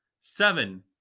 seven